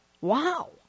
wow